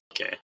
Okay